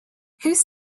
whose